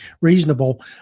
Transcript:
reasonable